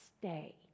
stay